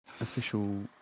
official